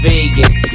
Vegas